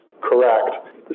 correct